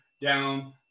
down